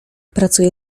pracuje